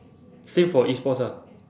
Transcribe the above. same for E sports ah